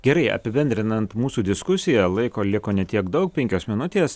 gerai apibendrinant mūsų diskusiją laiko liko ne tiek daug penkios minutės